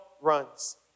runs